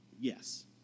Yes